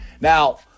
Now